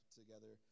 together